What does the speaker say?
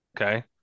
Okay